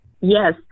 Yes